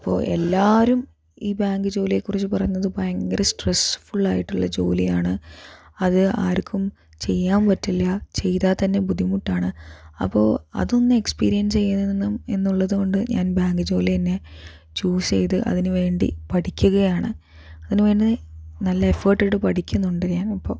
അപ്പോൾ എല്ലാരും ഈ ബാങ്ക് ജോലിയെ കുറിച്ച് പറഞ്ഞത് ഭയങ്കര സ്ട്രെസ് ഫുള്ളായിട്ടുള്ള ജോലിയാണ് അത് ആർക്കും ചെയ്യാൻ പറ്റില്ല ചെയ്താൽ തന്നെ ബുദ്ധിമുട്ടാണ് അപ്പോൾ അതൊന്ന് എക്സ്പീരിയൻസ് ചെയ്യുന്നതിന്നും എന്നുള്ളത് കൊണ്ട് ഞാൻ ബാങ്ക് ജോലി തന്നെ ചൂസ് ചെയ്ത് അതിന് വേണ്ടി പഠിക്കുകയാണ് അതിന് വേണ്ടി നല്ല എഫർട്ട് എടുത്ത് പഠിക്കുന്നുണ്ട് ഞാൻ ഇപ്പോൾ